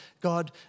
God